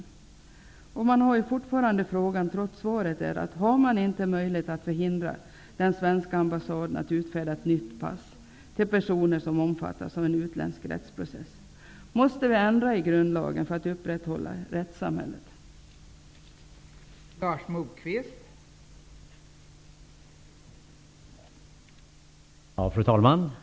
Trots svaret kvarstår frågan om man inte har möjlighet att förhindra den svenska ambassaden att utfärda ett nytt pass till personer som omfattas av en utländsk rättsprocess. Måste grundlagen ändras för att rättssamhället skall kunna upprätthållas?